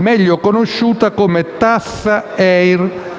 meglio conosciuta come "tassa